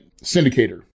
Syndicator